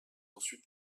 ensuite